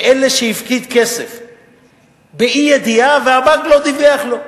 מאלה שהפקיד כסף באי-ידיעה והבנק לא דיווח לו.